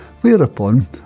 whereupon